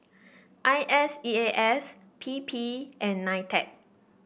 I S E A S P P and Nitec